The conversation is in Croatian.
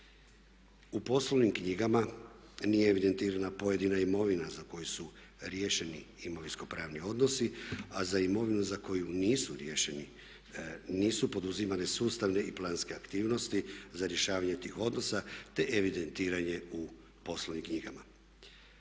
U poslovnim knjigama nije evidentirana pojedina imovina za koju su riješeni imovinsko pravni odnosi a za imovinu za koju nisu riješeni, nisu poduzimane sustavne i planske aktivnosti za rješavanje tih odnosa te evidentiranje u poslovnim knjigama.